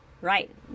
Right